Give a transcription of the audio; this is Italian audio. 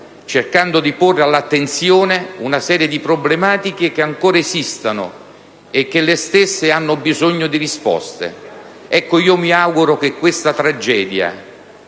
cercando di porre all'attenzione una serie di problematiche che ancora esistono e che hanno bisogno di risposte. Io mi auguro che questa tragedia,